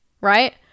Right